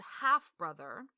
half-brother